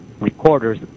recorders